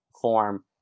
form